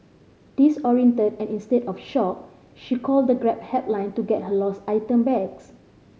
disoriented and in state of shock she called the Grab helpline to get her lost item backs